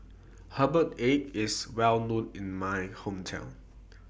Herbal Egg IS Well known in My Hometown